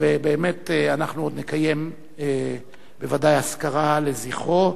ובאמת אנחנו עוד נקיים בוודאי אזכרה לו.